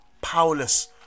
powerless